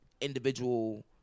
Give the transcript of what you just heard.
individual